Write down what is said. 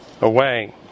away